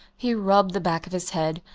he rubbed the back of his head,